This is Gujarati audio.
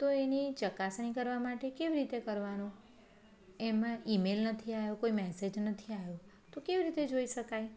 તો એની ચકાસણી કરવા માટે કેવી રીતે કરવાનું એમાં ઈમેલ નથી આવ્યો કોઈ મેસેજ નથી આવ્યો તો કેવી રીતે જોઈ શકાય